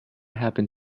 happen